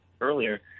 earlier